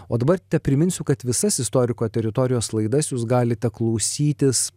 o dabar tepriminsiu kad visas istoriko teritorijos laidas jūs galite klausytis